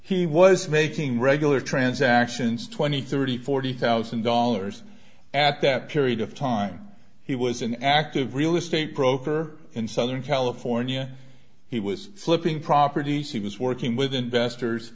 he was making regular transactions twenty thirty forty thousand dollars at that period of time he was an active real estate broker in southern california he was flipping properties he was working with investors